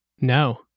No